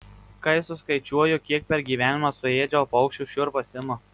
kai suskaičiuoju kiek per gyvenimą suėdžiau paukščių šiurpas ima